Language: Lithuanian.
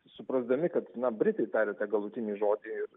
suprasdami kad britai taria galutinį žodį ir